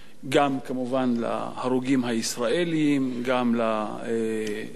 גם כמובן על ההרוגים הישראלים, גם על הזרים,